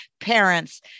parents